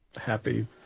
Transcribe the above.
Happy